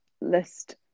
list